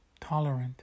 tolerant